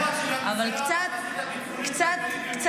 אבל קצת כיוון,